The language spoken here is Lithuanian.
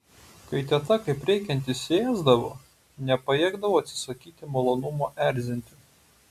kai teta kaip reikiant įsiėsdavo nepajėgdavau atsisakyti malonumo erzinti